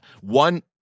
one